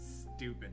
stupid